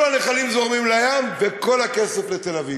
כל הנחלים זורמים לים, וכל הכסף, לתל-אביב.